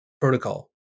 Protocol